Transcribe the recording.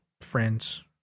Friends